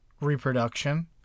reproduction